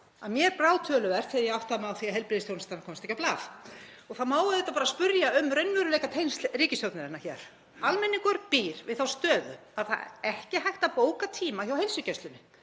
að mér brá töluvert þegar ég áttaði mig á því að heilbrigðisþjónustan komst ekki á blað og það má bara spyrja um raunveruleikatengsl ríkisstjórnarinnar. Almenningur býr við þá stöðu að það er ekki hægt að bóka tíma hjá heilsugæslunni,